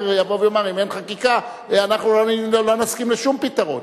יבוא ויאמר: אם אין חקיקה אנחנו לא נסכים לשום פתרון.